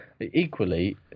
equally